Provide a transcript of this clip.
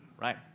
right